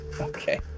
okay